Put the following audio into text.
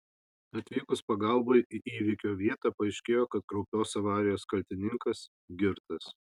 atvykus pagalbai į įvykio vietą paaiškėjo kad kraupios avarijos kaltininkas girtas